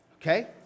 Okay